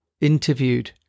interviewed